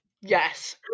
yes